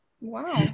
Wow